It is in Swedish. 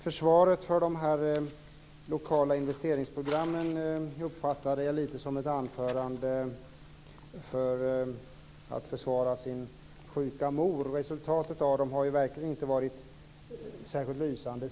Försvaret för de lokala investeringsprogrammen uppfattade jag lite som ett anförande för att försvara sin sjuka mor. Resultatet av dem har ju verkligen inte varit särskilt lysande.